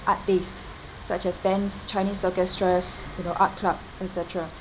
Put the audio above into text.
art based such as bands chinese orchestra you know art club et cetera